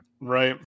Right